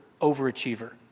overachiever